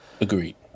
Agreed